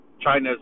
China's